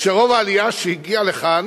כשרוב העלייה שהגיעה לכאן